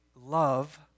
love